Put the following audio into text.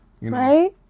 Right